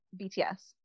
BTS